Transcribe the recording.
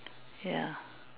ya